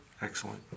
Excellent